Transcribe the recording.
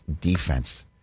defense